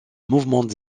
mouvement